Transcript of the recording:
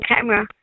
camera